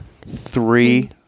three